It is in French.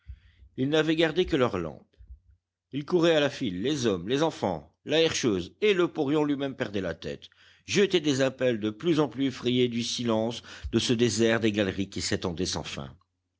ils n'avaient gardé que leur lampe ils couraient à la file les hommes les enfants la herscheuse et le porion lui-même perdait la tête jetait des appels de plus en plus effrayé du silence de ce désert des galeries qui s'étendait sans fin